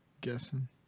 guessing